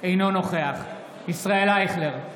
אינו נוכח ישראל אייכלר,